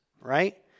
Right